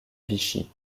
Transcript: vichy